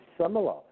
similar